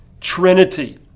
Trinity